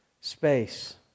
space